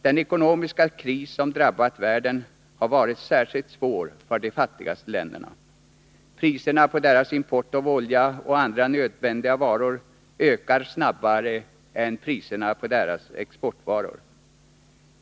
Den ekonomiska kris som drabbat världen har varit särskilt svår för de fattigaste länderna. Priserna på deras import av olja och andra nödvändiga varor ökar snabbare än priserna på deras exportvaror.